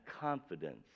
confidence